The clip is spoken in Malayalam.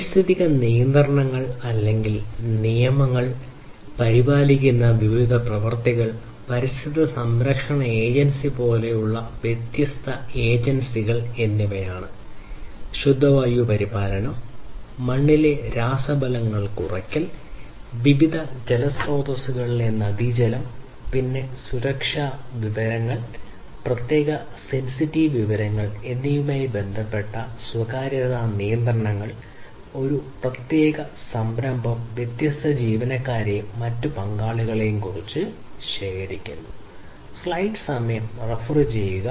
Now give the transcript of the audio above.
പാരിസ്ഥിതിക നിയന്ത്രണങ്ങൾ പ്രത്യേകിച്ച് സെൻസിറ്റീവ് വിവരങ്ങൾ എന്നിവയുമായി ബന്ധപ്പെട്ട സ്വകാര്യതാ നിയന്ത്രണങ്ങൾ ഒരു പ്രത്യേക സംരംഭം വ്യത്യസ്ത ജീവനക്കാരെയും മറ്റ് പങ്കാളികളെയും കുറിച്ച് ശേഖരിക്കുന്നു